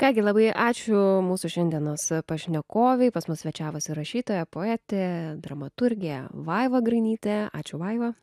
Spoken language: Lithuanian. ką gi labai ačiū mūsų šiandienos pašnekovei pas mus svečiavosi rašytoja poetė dramaturgė vaiva grainytė ačiū vaiva